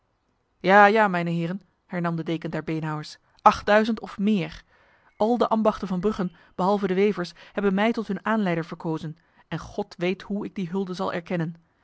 ja ja mijne heren hernam de deken der beenhouwers achtduizend of meer al de ambachten van brugge behalve de wevers hebben mij tot hun aanleider verkozen en god weet hoe ik die hulde zal erkennen